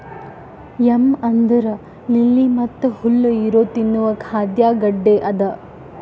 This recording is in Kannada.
ಯಂ ಅಂದುರ್ ಲಿಲ್ಲಿ ಮತ್ತ ಹುಲ್ಲು ಇರೊ ತಿನ್ನುವ ಖಾದ್ಯ ಗಡ್ಡೆ ಅದಾ